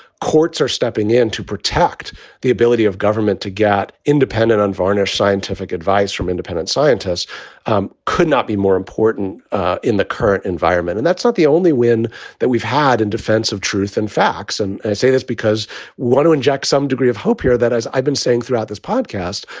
courts are stepping in to protect the ability of government to get independent, unvarnished scientific advice from independent scientists um could not be more important in the current environment. and that's not the only win that we've had in defense of truth and facts. and i say this because we want to inject some degree of hope here that as i've been saying throughout this podcast,